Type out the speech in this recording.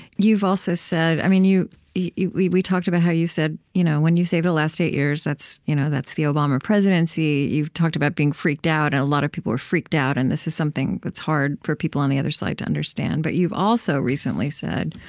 you've also said i mean, we we talked about how you said, you know when you say the last eight years, that's you know that's the obama presidency. you've talked about being freaked out, and a lot of people were freaked out, and this is something that's hard for people on the other side to understand. but you've also recently said